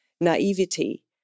naivety